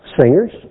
singers